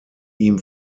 ihm